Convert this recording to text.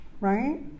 right